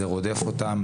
זה רודף אותם,